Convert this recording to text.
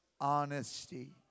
honesty